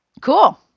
Cool